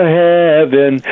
heaven